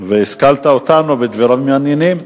השכלת אותנו בדברים מעניינים.